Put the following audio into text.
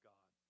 God